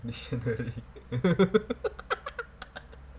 dictionary